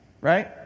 right